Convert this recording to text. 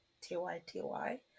T-Y-T-Y